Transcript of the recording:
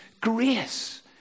grace